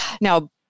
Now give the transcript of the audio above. Now